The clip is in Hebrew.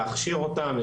להכשיר אותן,